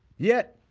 yet